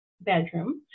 bedroom